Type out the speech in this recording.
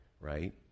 right